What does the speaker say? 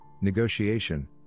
negotiation